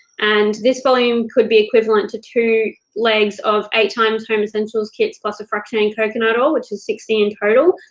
and this volume could be equivalent to two legs of eight times home essentials kits plus a fractionated coconut oil, which is sixteen in total,